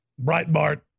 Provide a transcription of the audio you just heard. Breitbart